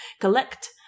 collect